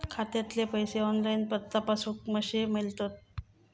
खात्यातले पैसे ऑनलाइन तपासुक कशे मेलतत?